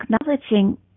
acknowledging